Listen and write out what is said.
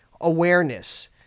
awareness